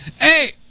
Hey